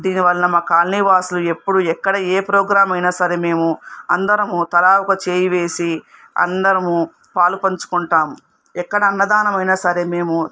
దీని వలన మా కాలనీవాసులు ఎప్పుడు ఎక్కడ ఏ ప్రోగ్రాం అయినా సరే మేము అందరము తలా ఒక చెయ్యి వేసి అందరమూ పాలుపంచుకుంటాము ఎక్కడ అన్నదానం అయినా సరే మేము